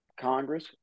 Congress